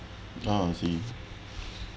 oh I see